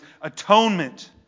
atonement